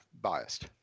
biased